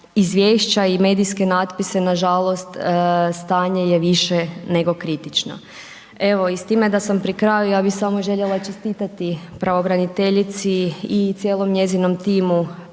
izvješća i medijske natpise nažalost, stanje je više nego kritično. Evo i s time da sam pri kraju, ja bi samo željela čestitati, pravobraniteljici i cijelom njezinom timu,